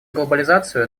глобализацию